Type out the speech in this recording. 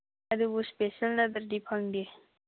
ꯑꯗꯨꯕꯨ ꯏꯁꯄꯦꯁꯦꯜ ꯅꯠꯇ꯭ꯔꯗꯤ ꯐꯪꯗꯦ